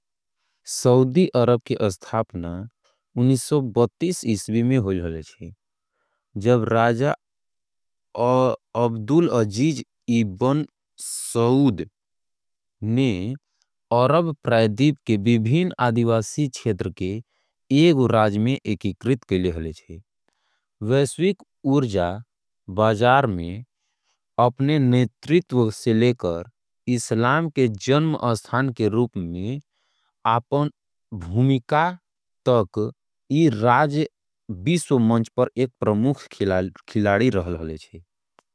Saudi Arab के स्थापना उन्नीस सौ दस ईस्वी में। होयल हले छेजब राजा अब्दुल अजीज एवम सऊद। ने अरब प्रायद्वीप के विभिन्न आदिवासी क्षेत्र के। एक गो राज्य में एकत्रित कैले हले छे अपन राज। से लेकर मुस्लिम संगठन देश के नाम से। विश्व में मजबूत खिलाड़ी रहे हले छे।